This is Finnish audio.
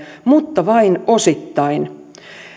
mutta vain osittain